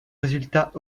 résultats